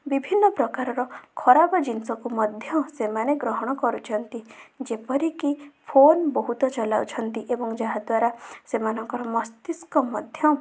ବିଭିନ୍ନ ପ୍ରକାରର ଖରାପ ଜିନିଷକୁ ମଧ୍ୟ ସେମାନେ ଗ୍ରହଣ କରୁଛନ୍ତି ଯେପରିକି ଫୋନ ବହୁତ ଚଲାଉଛନ୍ତି ଏବଂ ଯାହାଦ୍ଵାରା ସେମାନଙ୍କର ମସ୍ତିଷ୍କ ମଧ୍ୟ